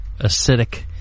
acidic